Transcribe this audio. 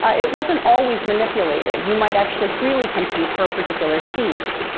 it wasn't always manipulated. you might actually freely compete for a particular seat.